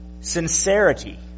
sincerity